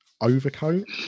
overcoat